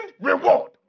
reward